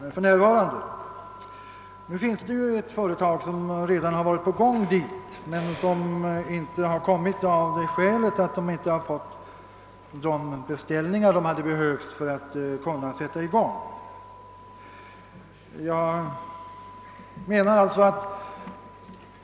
Ett företag har redan visat intresse av lokalisering dit, men man fick inte de beställningar som man behövde för att kunna starta verksamheten.